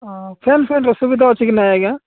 ହଁ ର ସୁବିଧା ଅଛି କି ନାହିଁ ଆଜ୍ଞା